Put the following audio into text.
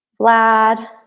vlad,